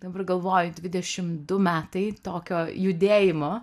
dabar galvoju dvidešim du metai tokio judėjimo